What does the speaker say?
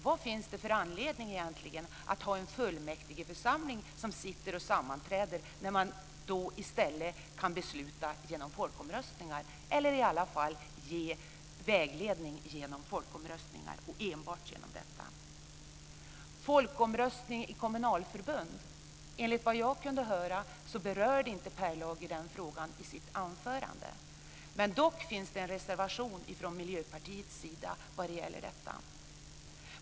Vad finns det egentligen för anledning att ha en fullmäktigeförsamling som sitter och sammanträder när man i stället kan besluta genom folkomröstningar eller i alla fall ge vägledning genom folkomröstningar och enbart genom detta? Enligt vad jag kunde höra berörde inte Per Lager frågan om folkomröstning i ett kommunalförbund i sitt anförande. Det finns dock en reservation från Miljöpartiets sida när det gäller detta.